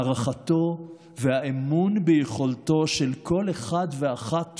הערכתו והאמון ביכולתו של כל אחד ואחת